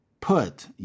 put